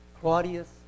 Claudius